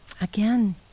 again